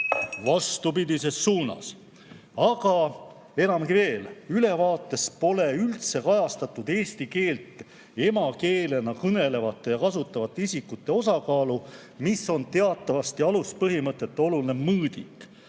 helistab kella.) Aga enamgi veel, ülevaates pole üldse kajastatud eesti keelt emakeelena kõnelevate ja kasutavate isikute osakaalu, mis on teatavasti aluspõhimõtete oluline mõõdik.